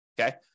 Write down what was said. Okay